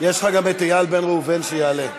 יש לך גם את איל בן ראובן, שיעלה.